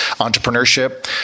entrepreneurship